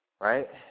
right